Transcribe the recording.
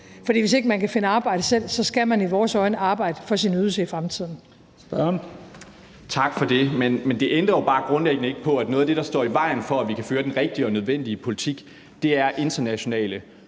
for hvis ikke man kan finde arbejde selv, skal man i vores øjne arbejde for sin ydelse i fremtiden.